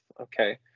okay